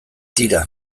tira